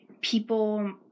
People